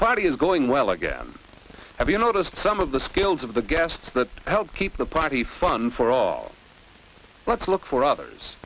party is going well again have you noticed some of the skills of the guests that helped keep the party fun for all let's look for others